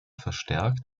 verstärkt